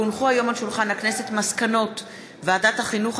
כי הונחו היום על שולחן הכנסת מסקנות ועדת החינוך,